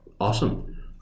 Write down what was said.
awesome